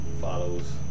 follows